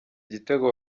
igitego